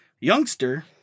Youngster